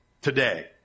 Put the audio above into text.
today